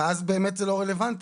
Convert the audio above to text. ואז באמת זה לא רלוונטי.